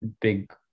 big